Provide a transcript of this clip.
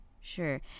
sure